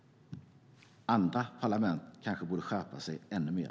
Andra parlament kanske borde skärpa sig ännu mer.